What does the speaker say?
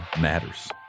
matters